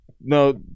No